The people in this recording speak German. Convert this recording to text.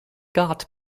guard